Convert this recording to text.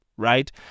right